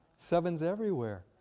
sevens everywhere.